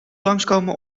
langskomen